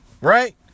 right